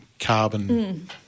carbon